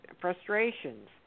frustrations